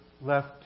left